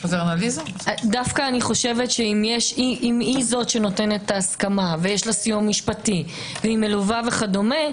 אם היא זו שנותנת את ההסכמה ויש לה סיוע משפטי והיא מלווה וכדומה,